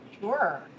Sure